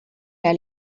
der